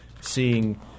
seeing